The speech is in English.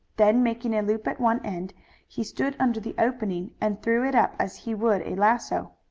then making a loop at one end he stood under the opening and threw it up as he would a lasso.